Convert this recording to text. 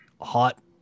hot